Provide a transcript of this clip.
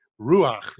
Ruach